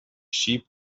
sheep